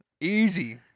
Easy